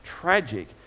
tragic